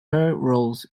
roles